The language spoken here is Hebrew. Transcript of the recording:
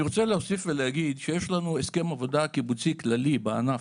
אני רוצה להוסיף ולהגיד שיש לנו הסכם עבודה קיבוצי כללי בענף,